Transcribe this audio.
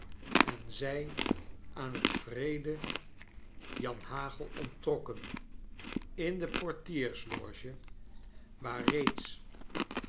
en zij aan het wreede janhagel onttrokkon in dc oortiersloge wa ir reeds